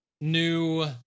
new